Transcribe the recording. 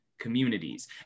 communities